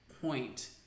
point